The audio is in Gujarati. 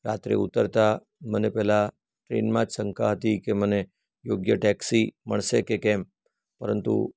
રાત્રે ઉતરતા મને પહેલા ટ્રેનમાં જ શંકા હતી કે મને યોગ્ય ટેક્ષી મળશે કે કેમ પરંતુ